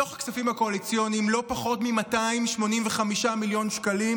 מתוך הכספים הקואליציוניים לא פחות מ-285 מיליון שקלים